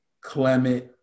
Clement